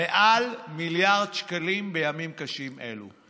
מעל מיליארד שקלים בימים קשים אלו.